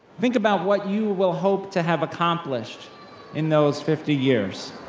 think about what you will hope to have accomplished in those fifty years.